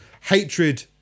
hatred